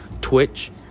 Twitch